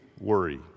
worry